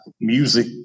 music